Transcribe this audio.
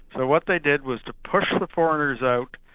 but what they did was to push the foreigners out,